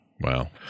Wow